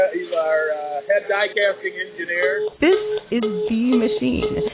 he's our head die-casting engineer this is the machine.